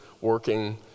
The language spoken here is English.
working